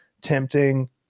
tempting